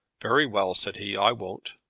very well, said he i won't.